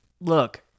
look